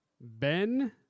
Ben